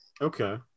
Okay